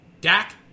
Dak